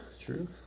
True